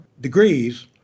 degrees